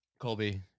Colby